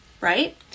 right